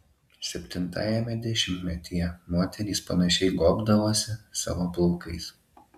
septintajame dešimtmetyje moterys panašiai gobdavosi savo plaukais